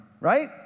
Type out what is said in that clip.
right